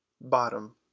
bottom